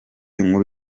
nkuru